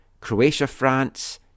Croatia-France